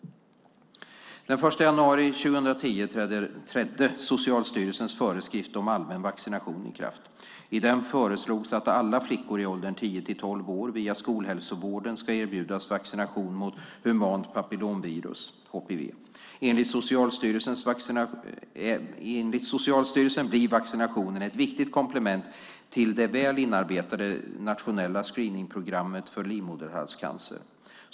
Den 1 januari 2010 trädde Socialstyrelsens föreskrift om allmän vaccination i kraft. I den föreslogs att alla flickor i åldern 10-12 år, via skolhälsovården, ska erbjudas vaccination mot humant papillomvirus, HPV. Enligt Socialstyrelsen blir vaccinationen ett viktigt komplement till det väl inarbetade nationella screeningprogrammet för livmoderhalscancer.